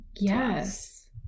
yes